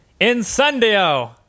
incendio